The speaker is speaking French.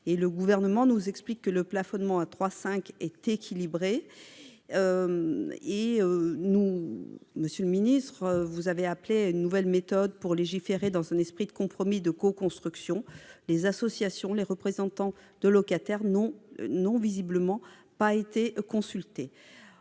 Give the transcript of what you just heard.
Le Gouvernement nous explique que le plafonnement à 3,5 % est équilibré. Monsieur le ministre, vous avez appelé à une nouvelle méthode pour légiférer, dans un esprit de compromis et de coconstruction. Or les associations et les représentants de locataires n'ont visiblement pas été consultés.